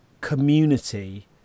community